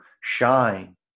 shine